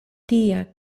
tia